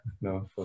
No